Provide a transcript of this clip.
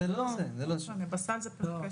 אתם מעבירים לנו את זה ברגיל עם הסל?